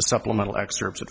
the supplemental excerpts at